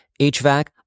HVAC